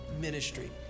ministry